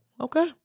Okay